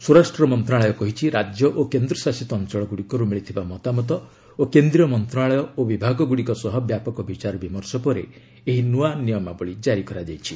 ସ୍ୱରାଷ୍ଟ୍ର ମନ୍ତ୍ରଣାଳୟ କହିଛି ରାଜ୍ୟ ଓ କେନ୍ଦ୍ରଶାସିତ ଅଞ୍ଚଳଗୁଡ଼ିକରୁ ମିଳିଥିବା ମତାମତ ଓ କେନ୍ଦ୍ରୀୟ ମନ୍ତ୍ରଣାଳୟ ଓ ବିଭାଗଗୁଡ଼ିକ ସହ ବ୍ୟାପକ ବିଚାରବିମର୍ଶ ପରେ ଏହି ନୂଆ ନିୟମାବଳୀ ଜାରି କରାଯାଇଛି